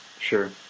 Sure